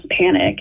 panic